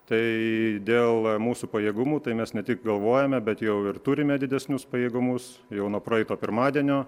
tai dėl mūsų pajėgumų tai mes ne tik galvojame bet jau ir turime didesnius pajėgumus jau nuo praeito pirmadienio